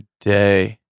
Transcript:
day